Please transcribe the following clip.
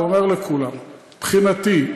ואומר לכולם: מבחינתי,